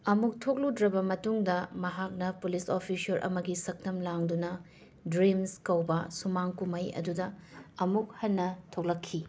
ꯑꯃꯨꯛ ꯊꯣꯛꯂꯨꯗ꯭ꯔꯕ ꯃꯇꯨꯡꯗ ꯃꯍꯥꯛꯅ ꯄꯨꯂꯤꯁ ꯑꯣꯐꯤꯁꯔ ꯑꯃꯒꯤ ꯁꯛꯇꯝ ꯂꯥꯡꯗꯨꯅ ꯗ꯭ꯔꯤꯝꯁ ꯀꯧꯕ ꯁꯨꯃꯥꯡ ꯀꯨꯝꯍꯩ ꯑꯗꯨꯗ ꯑꯃꯨꯛ ꯍꯟꯅ ꯊꯣꯛꯂꯛꯈꯤ